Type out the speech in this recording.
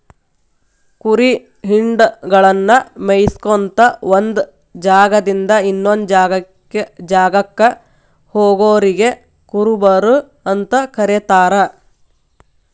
ಕುರಿ ಹಿಂಡಗಳನ್ನ ಮೇಯಿಸ್ಕೊತ ಒಂದ್ ಜಾಗದಿಂದ ಇನ್ನೊಂದ್ ಜಾಗಕ್ಕ ಹೋಗೋರಿಗೆ ಕುರುಬರು ಅಂತ ಕರೇತಾರ